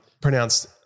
pronounced